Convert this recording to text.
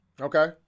Okay